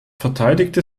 verteidigte